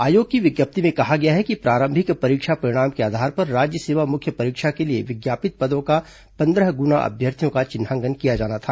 आयोग की विज्ञप्ति में कहा गया है कि प्रारंभिक परीक्षा परिणाम के आधार पर राज्य सेवा मुख्य परीक्षा के लिए विज्ञापित पदों का पंद्रह गुना अभ्यर्थियों का चिन्हांकन किया जाना था